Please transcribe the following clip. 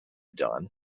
dawn